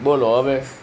બોલો હવે